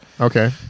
Okay